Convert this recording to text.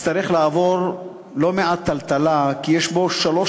יצטרך לעבור טלטלה לא מעטה כי יש בו שלוש